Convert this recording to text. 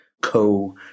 co